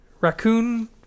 raccoon